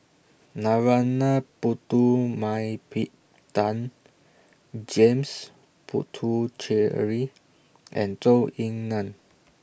Narana Putumaippittan James Puthucheary and Zhou Ying NAN